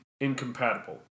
incompatible